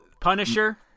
Punisher